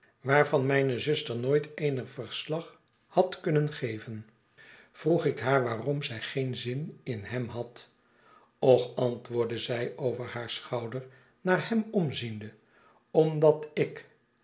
varvan mijne zuster nooit eenig verslag had kumien geven vroeg ik haar waarom zij geen zin in hem had och antwoordde zij over haar schouder naar hem omziende omdat ik